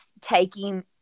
taking